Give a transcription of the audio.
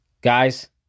Guys